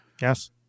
yes